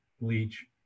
bleach